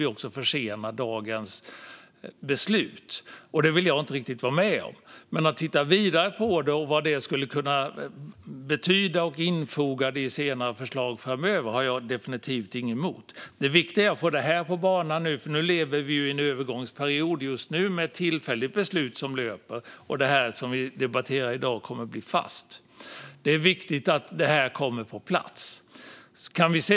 Vi skulle också försena dagens beslut, och det vill jag inte riktigt vara med om. Men att titta vidare på vad det skulle kunna betyda och sedan infoga det i förslag framöver har jag definitivt ingenting emot. Det viktiga nu är att få det här på banan. Nu lever vi i en övergångsperiod, med ett tillfälligt beslut som löper, och det vi debatterar i dag kommer att bli fast. Det är viktigt att det kommer på plats.